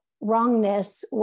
Wrongness